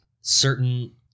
certain